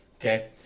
Okay